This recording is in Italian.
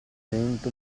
sento